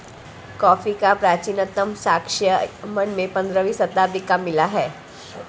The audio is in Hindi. कॉफी का प्राचीनतम साक्ष्य यमन में पंद्रहवी शताब्दी का मिला है